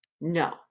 no